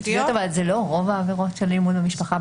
אבל זה לא רוב העבירות במשפחה,